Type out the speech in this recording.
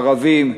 ערבים,